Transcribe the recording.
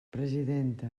presidenta